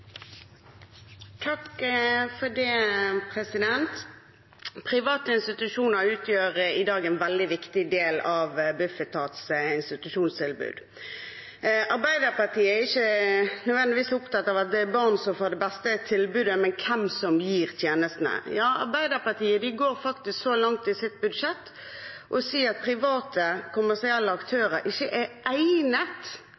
ikke nødvendigvis opptatt av at det er barn som får det beste tilbudet, men hvem som gir tjenestene. Ja, Arbeiderpartiet går faktisk så langt i sine budsjettmerknader som til å si at private kommersielle